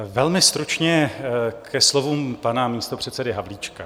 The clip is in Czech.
Velmi stručně ke slovům pana místopředsedy Havlíčka.